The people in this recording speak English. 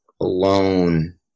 alone